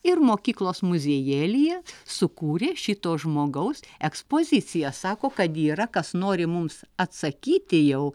ir mokyklos muziejėlyje sukūrė šito žmogaus ekspoziciją sako kad yra kas nori mums atsakyti jau